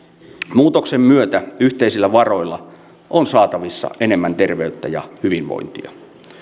muutoksen myötä yhteisillä varoilla on saatavissa enemmän terveyttä ja hyvinvointia